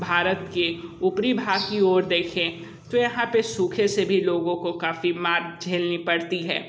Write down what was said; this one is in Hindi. भारत के ऊपरी भाग की ओर देखें तो यहाँ पे सूखे से भी लोगो को काफ़ी मात झेलनी पड़ती है